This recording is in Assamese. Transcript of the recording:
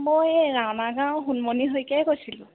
মই এই ৰাওনা গাঁও সোণমনি শইকীয়াই কৈছিলোঁ